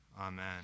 Amen